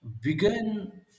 began